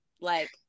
like-